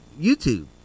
YouTube